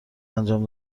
انجام